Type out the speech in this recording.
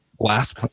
glass